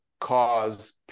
cause